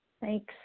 Thanks